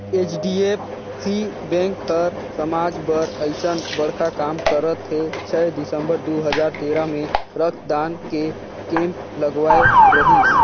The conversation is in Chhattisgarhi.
एच.डी.एफ.सी बेंक हर समाज बर अइसन बड़खा काम करत हे छै दिसंबर दू हजार तेरा मे रक्तदान के केम्प लगवाए रहीस